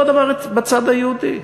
אותו דבר בצד היהודי,